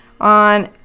On